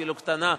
אפילו קטנה,